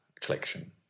collection